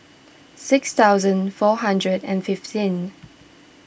six thousand four hundred and fifteen